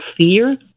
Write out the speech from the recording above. fear